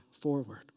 forward